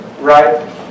right